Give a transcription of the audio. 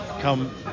come